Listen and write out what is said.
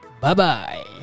Bye-bye